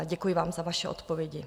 Děkuji vám za vaše odpovědi.